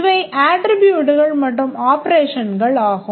இவை அட்ட்ரிபூட்ஸ் மற்றும் ஆப்பரேஷன்ஸ் ஆகும்